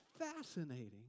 fascinating